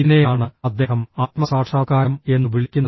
ഇതിനെയാണ് അദ്ദേഹം ആത്മസാക്ഷാത്കാരം എന്ന് വിളിക്കുന്നത്